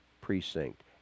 precinct